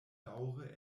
daŭre